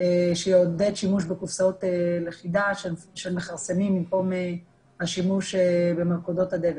שיעודד שימוש בקופסאות לכידה של מכרסמים במקום השימוש במלכודות הדבק.